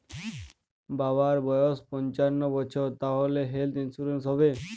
বাবার বয়স পঞ্চান্ন বছর তাহলে হেল্থ ইন্সুরেন্স হবে?